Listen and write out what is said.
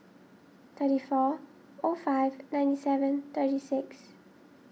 thirty four o five ninety seven thirty six